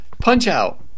Punch-Out